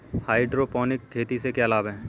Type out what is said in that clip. Hydroponic खेती से क्या लाभ हैं?